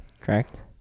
correct